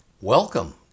Welcome